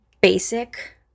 basic